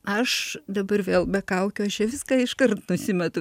aš dabar vėl be kaukių aš čia viską iškart nusimetu